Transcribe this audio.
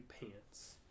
pants